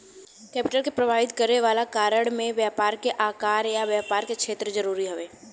capital के प्रभावित करे वाला कारण में व्यापार के आकार आ व्यापार के क्षेत्र जरूरी हवे